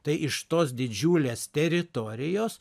tai iš tos didžiulės teritorijos